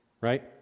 right